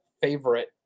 favorite